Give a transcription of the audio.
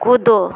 कूदो